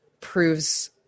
proves